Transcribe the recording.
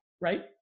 right